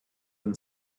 been